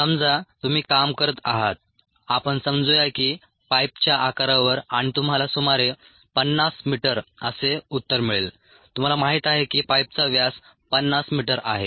समजा तुम्ही काम करत आहात आपण समजुया की पाईपच्या आकारावर आणि तुम्हाला सुमारे 50 मीटर असे उत्तर मिळेल तुम्हाला माहित आहे की पाईपचा व्यास 50 मीटर आहे